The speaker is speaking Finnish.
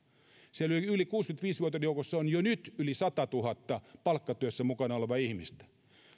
siellä yli kuusikymmentäviisi vuotiaiden joukossa on jo nyt yli sadassatuhannessa palkkatyössä mukana olevaa ihmistä jos